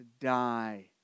die